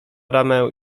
ramę